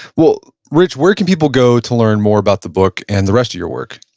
well, rich, where can people go to learn more about the book and the rest of your work?